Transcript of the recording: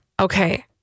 Okay